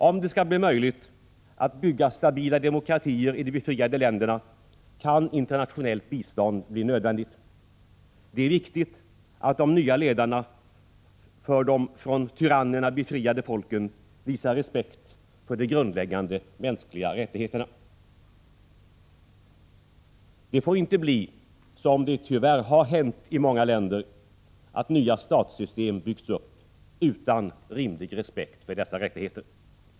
Om det skall bli möjligt att bygga stabila demokratier i sådana områden kan internationellt bistånd bli nödvändigt. Det är väsentligt att de nya ledarna för de från tyrannerna befriade folken visar respekt för de grundläggande mänskliga rättigheterna. Det får inte bli så, som det tyvärr har hänt i många länder, att nya statssystem byggs upp utan rimlig respekt för dessa rättigheter.